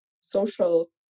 social